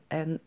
en